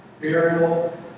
burial